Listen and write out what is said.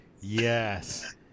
Yes